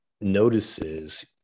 notices